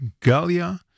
Galia